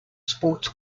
sports